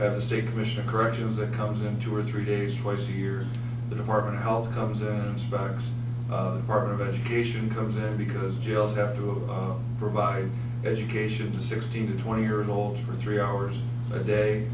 the state commission of corrections that comes in two or three days twice a year the department of health comes in and inspects the department of education comes in because jails have to provide education to sixteen to twenty year olds for three hours a day